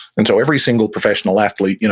and so every single professional athlete, you know